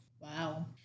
Wow